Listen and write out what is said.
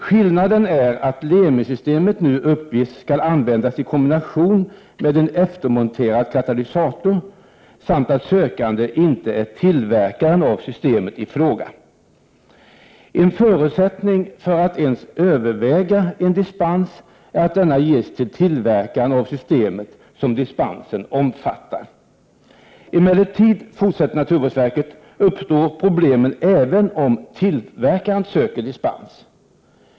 — ”Skillnaden är att Lemi-systemet nu uppges skall användas i kombination med en eftermonterad katalysator samt att sökande inte är tillverkare av systemet i fråga. En förutsättning för att ens överväga en dispens är att denna ges till tillverkaren av det system som dispensen omfattar. Emellertid uppstår problemen även om tillverkaren söker dispens.